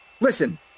Listen